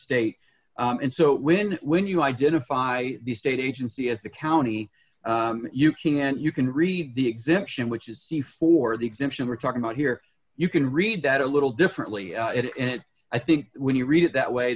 state and so when when you identify the state agency as the county you king and you can read the exemption which is see for the exemption we're talking about here you can read that a little differently it and i think when you read it that